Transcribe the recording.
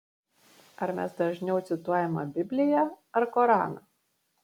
ar mes dažniau cituojame bibliją ar koraną